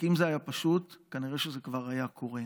כי אם זה היה פשוט כנראה שזה כבר היה קורה.